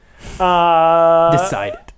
Decided